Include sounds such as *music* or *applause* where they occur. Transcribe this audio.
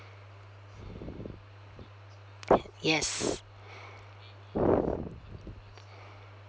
*noise* yes